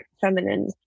feminine